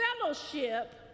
fellowship